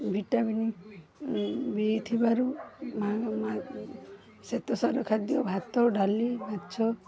vitamin B ଥିବାରୁ ଶ୍ୱେତସାର ଖାଦ୍ୟ ଭାତ ଡାଲି ମାଛ